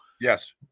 Yes